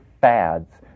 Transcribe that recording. fads